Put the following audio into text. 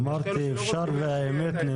יש כאלו שלא רוצים להשמיע את האמת.